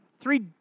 three